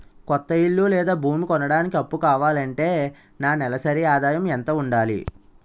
కొత్త ఇల్లు లేదా భూమి కొనడానికి అప్పు కావాలి అంటే నా నెలసరి ఆదాయం ఎంత ఉండాలి?